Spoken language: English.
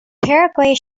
paraguay